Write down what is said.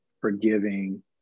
forgiving